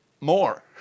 more